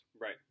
Right